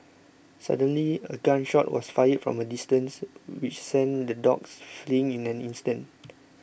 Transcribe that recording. suddenly a gun shot was fired from a distance which sent the dogs fleeing in an instant